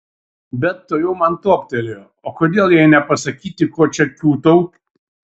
bet tuojau man toptelėjo o kodėl jai nepasakyti ko čia kiūtau